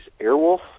Airwolf